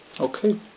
Okay